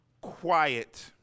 quiet